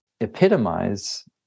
epitomize